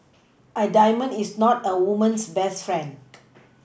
a diamond is not a woman's best friend